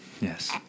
Yes